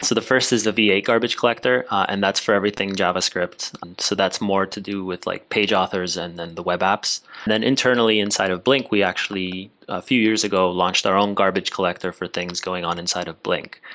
the first is the v eight garbage collector, and that's for everything javascript. and so that's more to do with like page authors and then the web apps. then internally inside of blink, we actually a few years ago launched our own garbage collector for things going on inside of blink.